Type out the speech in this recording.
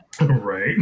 right